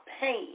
pain